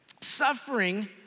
Suffering